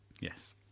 Yes